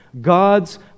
God's